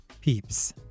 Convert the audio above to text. Peeps